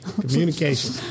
Communication